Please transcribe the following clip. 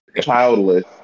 childless